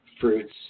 fruits